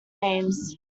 names